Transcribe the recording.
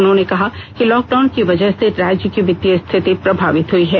उन्होंने कहा कि लॉकडाउन की वजह से राज्य की वित्तीय स्थिति प्रभावित हुई है